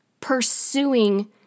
pursuing